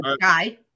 guy